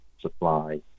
supply